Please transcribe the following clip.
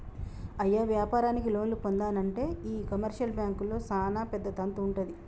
అయ్య వ్యాపారానికి లోన్లు పొందానంటే ఈ కమర్షియల్ బాంకుల్లో సానా పెద్ద తంతు వుంటది